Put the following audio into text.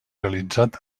realitzat